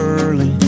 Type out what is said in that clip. early